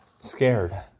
scared